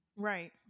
Right